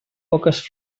poques